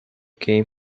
game